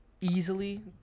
Easily